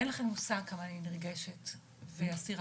אין לכם מושג עד כמה אני נרגשת ואסירת